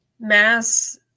mass